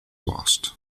lost